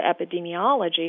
epidemiology